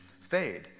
fade